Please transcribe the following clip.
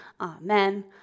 amen